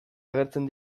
agertzen